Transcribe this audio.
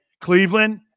Cleveland